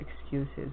excuses